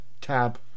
tab